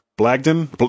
Blagden